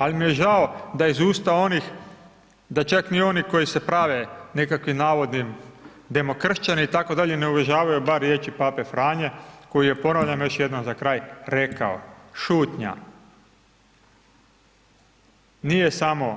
Ali mi je žao da iz usta onih, da čak ni oni koji se prave nekakvim navodni demokršćani itd., ne uvažavaju bar riječi Pape Franje koji je ponavljam još jednom za kraj, rekao šutnja nije samo